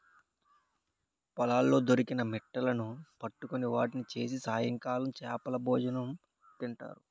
పొలాల్లో దొరికిన మిట్టలును పట్టుకొని వాటిని చేసి సాయంకాలం చేపలభోజనం తింటారు